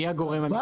מי הגורם המקצועי?